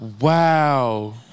Wow